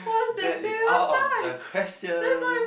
that is out of the question